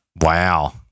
Wow